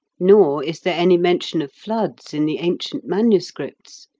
nor is there any mention of floods in the ancient manuscripts,